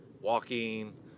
Walking